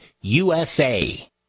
USA